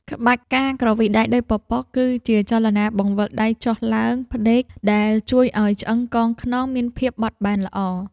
ក្បាច់ ការគ្រវីដៃដូចពពក គឺជាចលនាបង្វិលដៃចុះឡើងផ្ដេក ដែលជួយឱ្យឆ្អឹងកងខ្នងមានភាពបត់បែនល្អ។